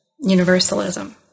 universalism